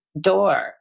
door